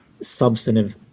substantive